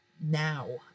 Now